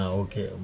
okay